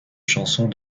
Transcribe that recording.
chansons